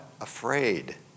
Afraid